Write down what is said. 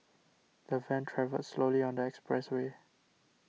the van travelled slowly on the expressway